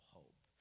hope